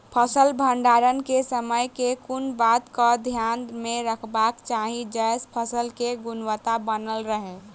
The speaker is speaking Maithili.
फसल भण्डारण केँ समय केँ कुन बात कऽ ध्यान मे रखबाक चाहि जयसँ फसल केँ गुणवता बनल रहै?